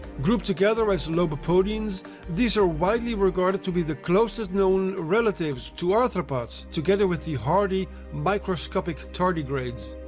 grouped together as lobopodians these are widely regarded to be the closest known relatives to arthropods together with the hardy, microscopic tardigrades.